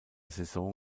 saison